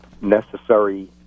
necessary